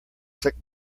click